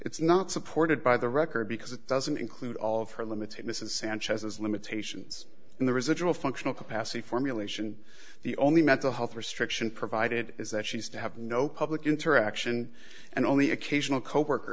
it's not supported by the record because it doesn't include all of her limits and this is sanchez's limitations in the residual functional capacity formulation the only mental health restriction provided is that she has to have no public interaction and only occasional coworker